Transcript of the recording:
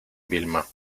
vilma